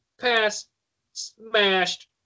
pass-smashed